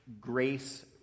grace